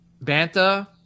Banta